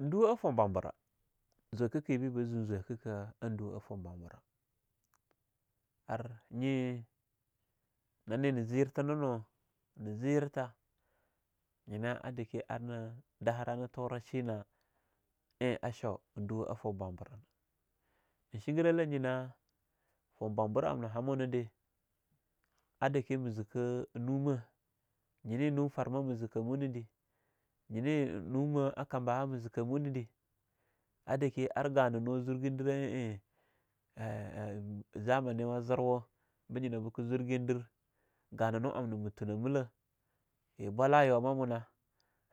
Nduwah a foun bwabur'a, zwakah kebe ba zun zwakakah an duwa ah fow bwabur'a, ar nye nane nah ze yertha na nu, na ze yertha nyina a dakeh ar nah dahara na turah shina eing a shaw eing nduwa'a foun bwabur ena. Eing shingeralah yina foun bwabur amnah haminah dah, a dake ma zikah numah, nyine num farma ma zekamu nade, nyene mumah kambaha ma zika mu ne dei a dake ar gananu zurgiderah a ein ein-ein-em zamaniwa zirwa binah beke zurgindir gananu amna ma tuma melah, ye bwalah a yuwa ma muna,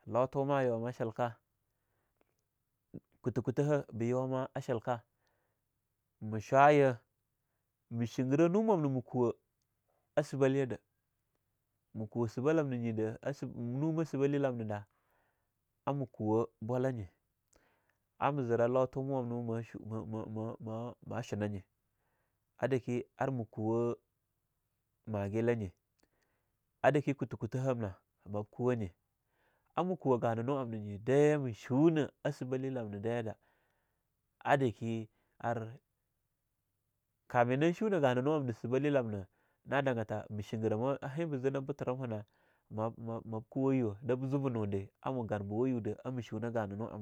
lotuma ayuwa ma shilkah, kutah-kutaha ba yuwama a shilkah, ma shwa yeh, ma shingerah numam na ma kuwa a sibalye dah ma kuwa sibalamna nyidah unma sibalya lamnada amah kuwa bwala nye amah zirah lotumwamnu ma-ma-mah shunanye adake ar mah kwa magela nye, a dake kutah-kutaham na bab kuwahnye, ar ma kuwah gananu amna nyi dai ma shuna a sibalye lamna dei dah, a dake ar... kamin nan shuna gananu amna sibaiya lamna na danga ta ma shigerah ma heing ba zina buterimha mab mab mab kuwa yuwa da ba zuba nudei ama ganbuwa yudei ama shuna gananu'a.